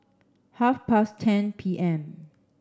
half past ten P M